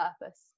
purpose